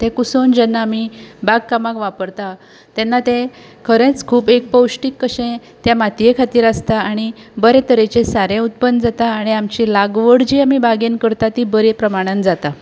तें कुसोवन जेन्ना आमी बागकामाक वापरता तेन्ना तें खरेंच खूब एक पौश्टीक कशें त्या मातये खातीर आसता आनी बरेतरेचें सारें उत्पन्न जाता आनी आमची लागवड जी आमी बागेंत करता ती बरी प्रमाणांत जाता